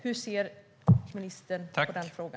Hur ser ministern på detta?